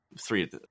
three